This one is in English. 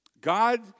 God